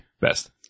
best